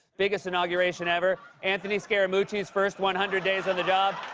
biggest inauguration ever, anthony scaramucci's first one hundred days on the job,